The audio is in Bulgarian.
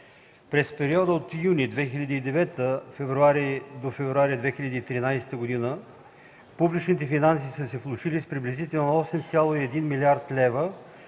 През периода от юни 2009 г. до февруари 2013 г. публичните финанси са се влошили с приблизително 8,1 млрд. лв.